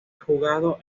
jugado